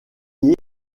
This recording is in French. signé